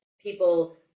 people